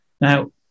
Now